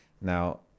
now